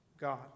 God